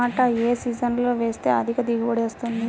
టమాటా ఏ సీజన్లో వేస్తే అధిక దిగుబడి వస్తుంది?